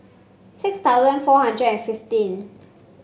six thousand four hundred fifteen